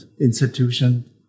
Institution